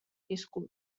viscut